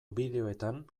bideoetan